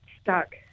stuck